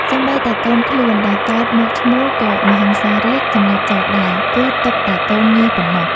សូម្បីតែកូនខ្លួន ដែលកើតមកឈ្មោលក៏ មហិង្សារាជ សម្លាប់ចោលដែរ គឺទុកតែកូនញីប៉ុណ្ណោះ។